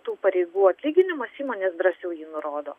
tų pareigų atlyginimas įmonės drąsiau ji nurodo